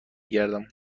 گردم